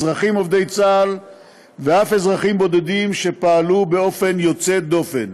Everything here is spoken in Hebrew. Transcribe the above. אזרחים עובדי צה"ל ואף אזרחים יחידים שפעלו באופן יוצא דופן.